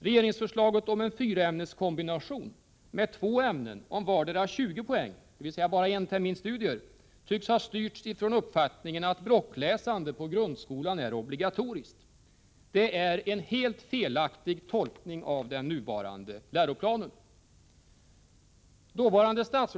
Regeringsförslaget om en fyraämneskombination med två ämnen om vartdera 20 poäng, dvs. bara en termins studier, tycks ha styrts utifrån 11 uppfattningen att blockläsande på grundskolan är obligatoriskt. Detta är en helt felaktig tolkning av den nuvarande läroplanen.